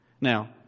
Now